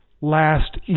last